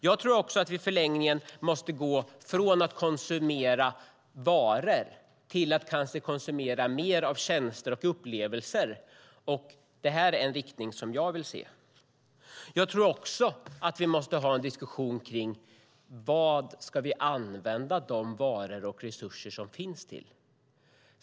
Jag tror att vi i förlängningen måste gå från att konsumera varor till att konsumera mer tjänster och upplevelser. Det är den riktning jag vill se. Vi måste också ha en diskussion om vad vi ska använda de varor och resurser som finns till.